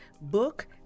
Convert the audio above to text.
book